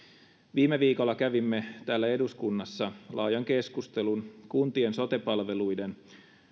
viime viikolla kävimme täällä eduskunnassa laajan keskustelun kuntien sote palveluiden